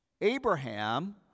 Abraham